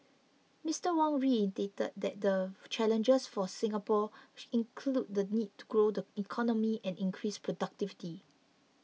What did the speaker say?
Mister Wong reiterated that the challenges for Singapore include the need to grow the economy and increase productivity